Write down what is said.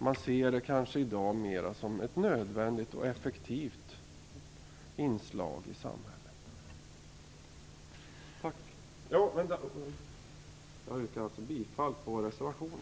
Man ser det kanske i dag mer som ett nödvändigt och effektivt inslag i samhället. Jag yrkar bifall till vår reservation.